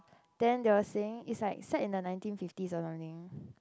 then they were saying is like set in the nineteen fifties or something